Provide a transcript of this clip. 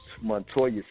Montoya